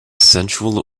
sensual